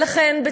ולכן,